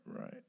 right